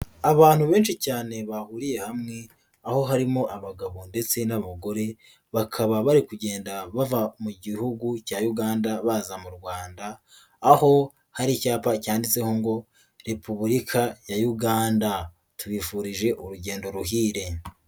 Abantu benshi cyane bahuriye hamwe aho harimo abagabo ndetse n'abagore, bakaba bari kugenda bava mu gihugu cya Uganda baza mu Rwanda, aho hari icyapa cyanditseho ngo repubulika ya Uganda tubifurije urugendo ruhire.